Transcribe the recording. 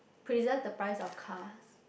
preserve the price of cars